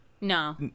No